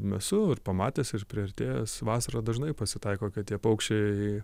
esu ir pamatęs ir priartėjęs vasarą dažnai pasitaiko kad tie paukščiai